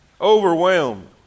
Overwhelmed